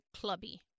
clubby